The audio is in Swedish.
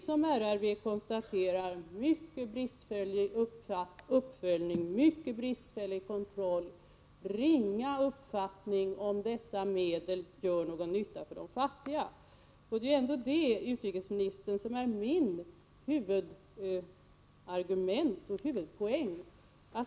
Som RRV konstaterar sker detta med mycket bristfällig uppföljning, med mycket bristfällig kontroll och med ringa uppfattning om huruvida dessa medel gör någon nytta för de fattiga. Det här är just mitt huvudargument.